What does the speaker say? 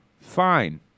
Fine